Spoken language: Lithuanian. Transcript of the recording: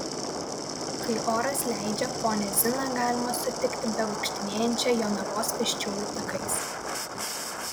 kai oras leidžia ponią ziną galima sutikti bevaikštinėjančią jonavos pėsčiųjų takais